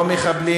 לא מחבלים.